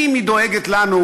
אם היא דואגת לנו,